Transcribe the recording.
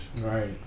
Right